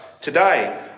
today